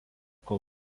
kol